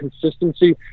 consistency